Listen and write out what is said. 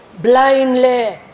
blindly